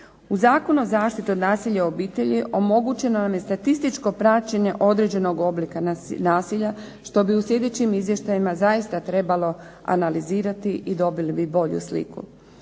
U Zakonu o zaštiti od nasilja u obitelji omogućeno je statističko praćenje određenog oblika nasilja što bi u sljedećim izvještajima zaista trebalo analizirati i dobili bi bolju sliku.